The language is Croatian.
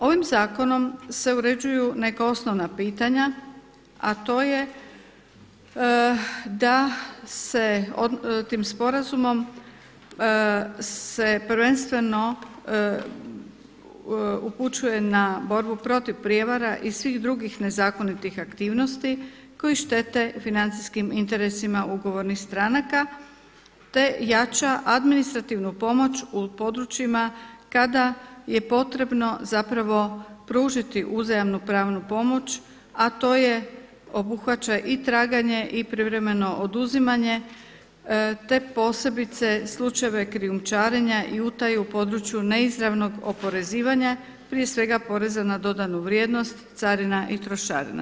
Ovim zakonom se uređuju neka osnovna pitanja, a to je da se tim sporazumom prvenstveno upućuje na borbu protiv prijevara i svih drugih nezakonitih aktivnosti koji štete financijskim interesima ugovornih stranaka, te jača administrativnu pomoć u područjima kada je potrebno pružiti uzajamnu pravnu pomoć, a to obuhvaća i traganje i privremeno oduzimanje, te posebice slučajeve krijumčarenja i utaju u području neizravnog oporezivanja prije svega poreza na dodanu vrijednost, carina i trošarina.